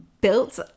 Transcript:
built